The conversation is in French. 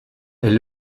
est